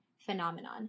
phenomenon